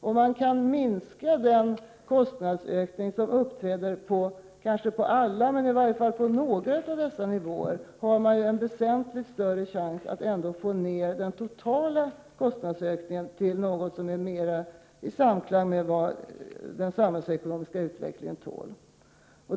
Om man kan minska den kostnadsökning som uppträder på i varje fall några av dessa nivåer, blir chanserna väsentligt större att få ned den totala kostnadsökningen till något som mera står i samklang med vad den samhällsekonomiska utvecklingen tål.